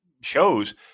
shows